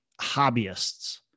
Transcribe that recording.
hobbyists